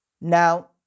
Now